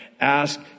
ask